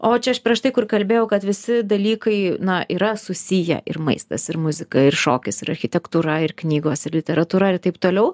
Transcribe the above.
o čia aš prieš tai kur kalbėjau kad visi dalykai na yra susiję ir maistas ir muzika ir šokis ir architektūra ir knygos ir literatūra ir taip toliau